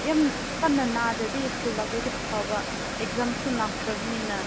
ꯌꯥꯝ ꯀꯟꯅ ꯅꯥꯗ꯭ꯔꯗꯤ ꯁ꯭ꯀꯨꯜ ꯂꯥꯛꯂꯗꯤ ꯐꯕ ꯑꯦꯖꯥꯝꯁꯨ ꯂꯥꯛꯈ꯭ꯔꯕꯅꯤꯅ